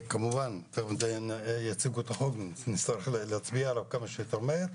כמובן עוד יציגו את הצעת החוק ונצטרך להצביע עליה כמה שיותר מהר.